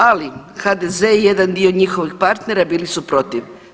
Ali HDZ i jedan dio njihovih partnera bili su protiv.